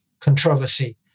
controversy